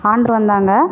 ஆண்டு வந்தாங்கள்